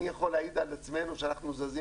אני יכול להעיד על עצמנו שאנחנו זזים